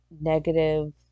negative